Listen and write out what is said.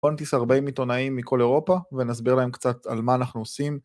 פונטיס ארבעים עתונאים מכל אירופה, ונסביר להם קצת על מה אנחנו עושים.